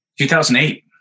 2008